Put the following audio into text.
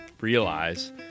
realize